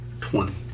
Twenty